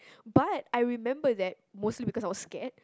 but I remember that mostly because I was scared